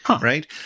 right